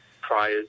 prior